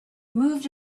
moved